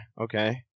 Okay